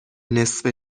نصفه